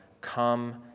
come